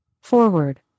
Forward